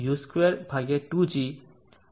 u22g 0